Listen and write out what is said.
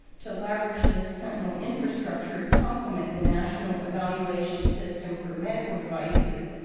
to leverage the sentinel infrastructure to compliment the national evaluation system for medical devices,